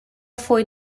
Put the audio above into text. fawi